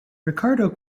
ricardo